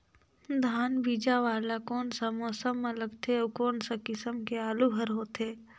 धान बीजा वाला कोन सा मौसम म लगथे अउ कोन सा किसम के आलू हर होथे?